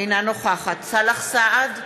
אינה נוכחת סאלח סעד,